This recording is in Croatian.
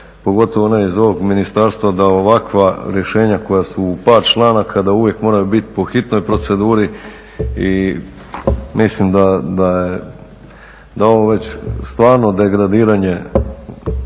pogotovo ne iz ovog ministarstva, da ovakva rješenja koja su u par članaka da uvijek moraju biti po hitnoj proceduri. I mislim da je ovo već stvarno degradiranje